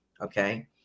Okay